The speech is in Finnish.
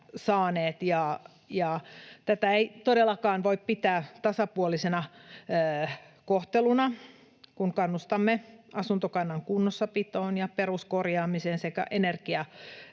tätä ei todellakaan voi pitää tasapuolisena kohteluna, kun kannustamme asuntokannan kunnossapitoon ja peruskorjaamiseen sekä energiatehokkuuteen.